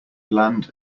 bland